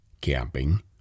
camping